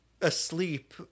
asleep